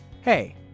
Hey